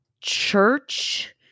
church